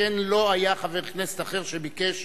שכן לא היה חבר כנסת אחר שביקש